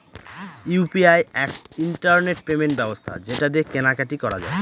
UPI এক internet payment ব্যবস্থা যেটা দিয়ে কেনা কাটি করা যায়